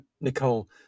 Nicole